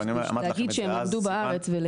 להגיד שהם ילמדו בארץ.